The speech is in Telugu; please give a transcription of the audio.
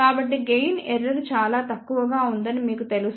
కాబట్టి గెయిన్ ఎర్రర్ చాలా తక్కువగా ఉందని మీకు తెలుసు